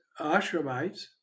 ashramites